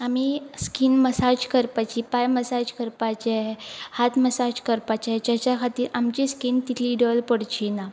आमी skin massage करपाची पांय मसाज करपाचे हात मसाज करपाचे जेच्या खातीर आमची स्कीन तितली डल पडची ना